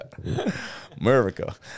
Murica